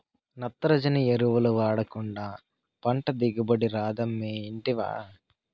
నత్రజని ఎరువులు వాడకుండా పంట దిగుబడి రాదమ్మీ ఇంటివా